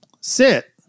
Sit